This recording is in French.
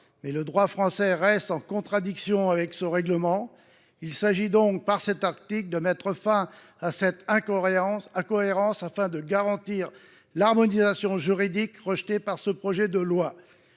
Mais le droit français reste en contradiction avec le règlement européen. Il s’agit donc, par cet article, de mettre fin à cette incohérence afin de garantir l’harmonisation juridique qui est l’objet même de ce projet de loi.